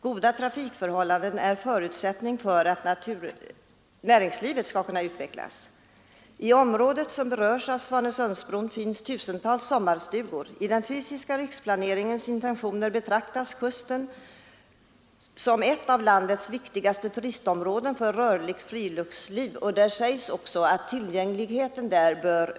Goda trafikförhållanden är förutsättning för att näringslivet skall kunna utvecklas. I områden som berörs av Svanesundsbron finns tusentals sommarstugor. I den fysiska riksplaneringens intentioner betraktas kusten som ett av landets viktigaste turistområden för rörligt friluftsliv, och det sägs också att tillgängligheten bör ökas.